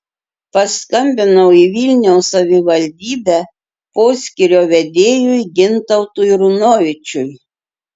paskambinau į vilniaus savivaldybę poskyrio vedėjui gintautui runovičiui